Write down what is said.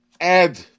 add